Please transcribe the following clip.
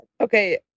Okay